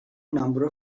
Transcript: number